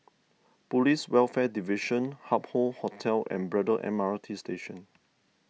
Police Welfare Division Hup Hoe Hotel and Braddell M R T Station